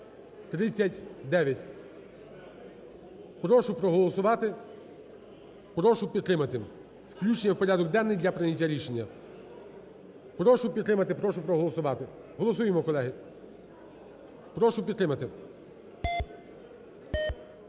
Прошу проголосувати, прошу підтримати включення в порядок денний для прийняття рішення. Прошу підтримати, прошу проголосувати. Голосуємо, колеги. Прошу підтримати.